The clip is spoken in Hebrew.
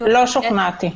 לא שוכנעתי.